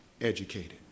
educated